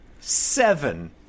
seven